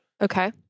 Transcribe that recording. okay